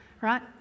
right